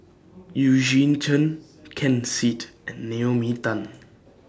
Eugene Chen Ken Seet and Naomi Tan